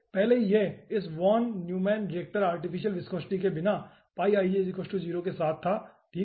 पहले यह इस von Neumann Richtmyer artificial viscosity के बिना के साथ था ठीक है